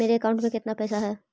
मेरे अकाउंट में केतना पैसा है?